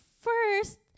First